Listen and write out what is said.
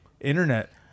internet